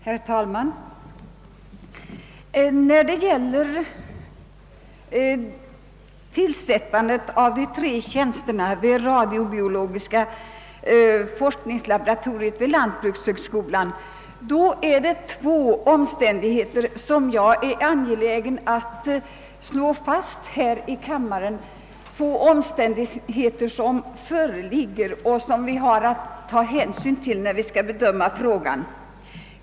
Herr talman! När det gäller tillsättandet av de tre tjänsterna vid radiobiologiska forskningslaboratoriet vid lantbrukshögskolan har vi att ta hänsyn till två omständigheter, vilket jag är angelägen om att fastslå här i kammaren.